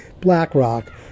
BlackRock